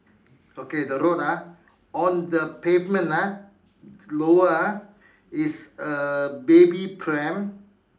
okay the road ah on the pavement ah lower ah is a baby pram